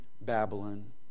Babylon